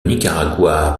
nicaragua